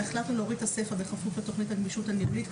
החלטנו להוריד את הסיפא: "בכפוף לתכנית הגמישות הניהולית".